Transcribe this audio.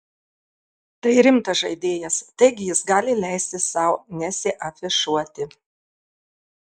tai rimtas žaidėjas taigi jis gali leisti sau nesiafišuoti